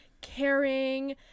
caring